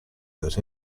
that